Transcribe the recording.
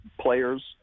players